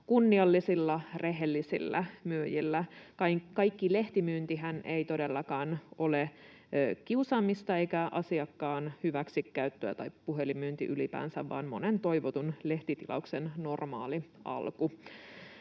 kunniallisilla, rehellisillä myyjillä. Kaikki lehtimyyntihän ei todellakaan ole kiusaamista eikä asiakkaan hyväksikäyttöä, tai puhelinmyynti ylipäänsä, vaan monen toivotun lehtitilauksen normaali alku.